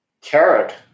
carrot